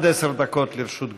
עד עשר דקות לרשות גברתי.